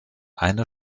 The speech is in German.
eine